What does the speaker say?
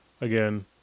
again